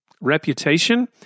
reputation